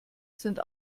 sind